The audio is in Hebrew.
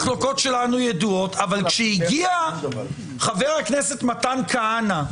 אבל כשהגיע חבר הכנסת מתן כהנא,